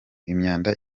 imyanda